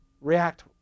react